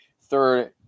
third